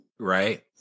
Right